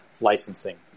licensing